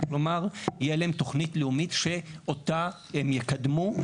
תהיה תוכנית לאומית שאותה הם יקדמו,